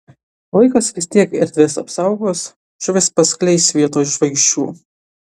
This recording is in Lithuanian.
laikas vis tiek erdves apsaugos žuvis paskleis vietoj žvaigždžių